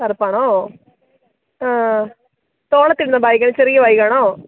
കറുപ്പാണോ ആ തോളത്തിടുന്ന ബാഗോ അതോ ചെറിയ ബാഗാണോ